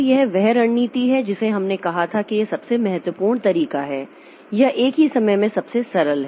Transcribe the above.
तो यह वह रणनीति है जिसे हमने कहा था कि यह सबसे महत्वपूर्ण तरीका है या एक ही समय में सबसे सरल है